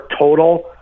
total